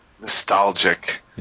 nostalgic